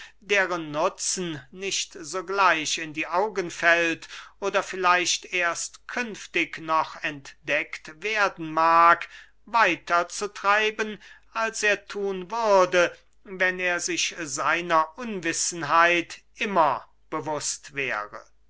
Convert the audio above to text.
deren nutzen nicht sogleich in die augen fällt oder vielleicht erst künftig noch entdeckt werden mag weiter zu treiben als er thun würde wenn er sich seiner unwissenheit immer bewußt wäre